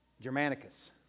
Germanicus